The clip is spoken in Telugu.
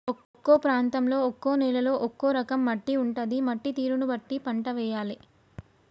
ఒక్కో ప్రాంతంలో ఒక్కో నేలలో ఒక్కో రకం మట్టి ఉంటది, మట్టి తీరును బట్టి పంట వేయాలే